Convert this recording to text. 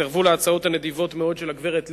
סירבו להצעות הנדיבות-מאוד של הגברת לבני,